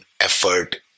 effort